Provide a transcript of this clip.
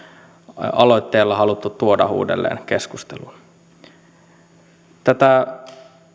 aloitteella haluttu tuoda uudelleen keskusteluun tätä